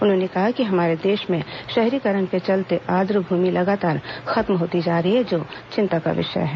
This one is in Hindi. उन्होंने कहा कि हमारे देश में शहरीकरण के चलते आर्द्रभूमि लगातार खत्म होती जा रही है जो चिंता का विषय है